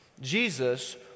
Jesus